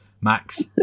Max